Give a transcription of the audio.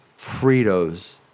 Fritos